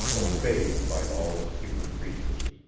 obeyed by all its human creatures.